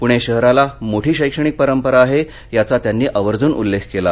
पुणे शहराला मोठी शैक्षणिक परपरा आहे याचा त्यांनी आवर्जून उल्लेख केला